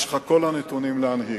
יש לך כל הנתונים להנהיג,